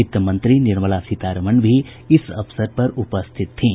वित्तमंत्री निर्मला सीतारमन भी इस अवसर पर उपस्थित थीं